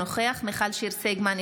אינו נוכח מיכל שיר סגמן,